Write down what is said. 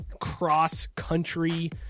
cross-country